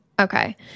okay